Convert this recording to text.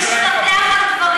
יש אחת שאוהבת להשתטח על